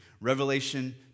Revelation